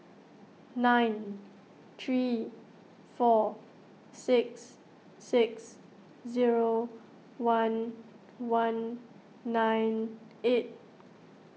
nine three four six six zero one one nine eight